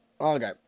okay